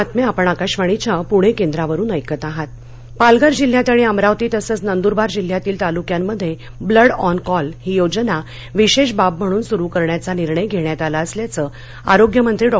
blood on call Palghar जिल्ह्यात आणि अमरावती तसंच नंदुरबार जिल्ह्यातील तालुक्यांमध्ये ब्लड ऑन कॉल ही योजना विशेष बाब म्हणून सुरु करण्याचा निर्णय घेण्यात आला असल्याचं आरोग्यमंत्री डॉ